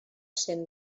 cent